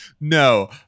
No